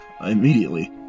immediately